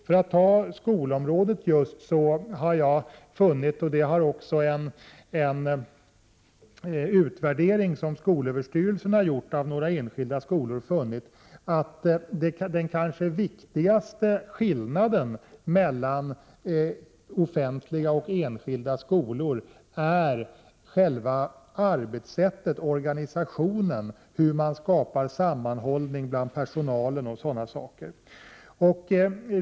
För att ta just skolområdet har jag funnit — i likhet med en utvärdering som skolöverstyrelsen har gjort av några enskilda skolor — att den kanske viktigaste skillnaden mellan offentliga och enskilda skolor är själva arbetssättet — organisationen, hur man skapar sammanhållning bland personalen osv.